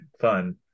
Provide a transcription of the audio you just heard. fun